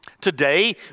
Today